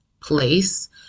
place